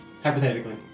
Hypothetically